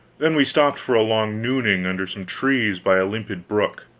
then we stopped for a long nooning under some trees by a limpid brook.